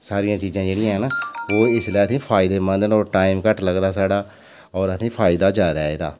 सारियां चीजां जेह्ड़ियां हैन ओह् इसलै असें ई फायदेमंद न और टाईम घट्ट लगदा साढ़ा और असें ई फायदा जैदा एह्दा